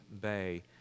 Bay